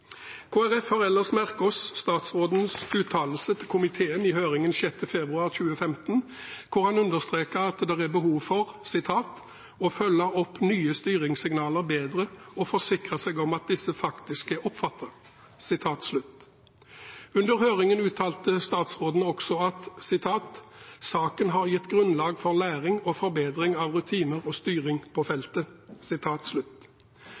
har ellers merket seg statsrådens uttalelse til komiteen i høringen 6. februar 2015, der han understreket at det er behov for «å følge opp nye styringssignaler bedre og forsikre seg om at disse faktisk er oppfattet». Under høringen uttalte statsråden også at «saken har gitt grunnlag for læring og forbedring av rutiner og styring på feltet».